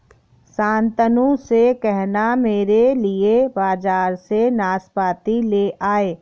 शांतनु से कहना मेरे लिए बाजार से नाशपाती ले आए